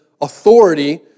authority